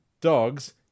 Dogs